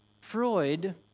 Freud